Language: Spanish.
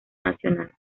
nacional